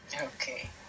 Okay